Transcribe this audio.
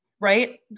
right